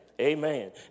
amen